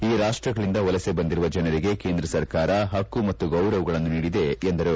ಈ ರಾಷ್ಟಗಳಿಂದ ವಲಸೆ ಬಂದಿರುವ ಜನರಿಗೆ ಕೇಂದ್ರ ಸರ್ಕಾರ ಪಕ್ಕು ಮತ್ತು ಗೌರವಗಳನ್ನು ನೀಡಿದೆ ಎಂದರು